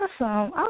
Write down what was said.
Awesome